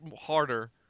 harder